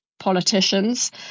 politicians